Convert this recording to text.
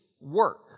work